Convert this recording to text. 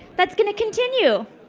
that's going to continue.